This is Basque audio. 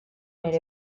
ere